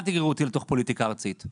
אל תגררו אותי לתוך פוליטיקה ארצית,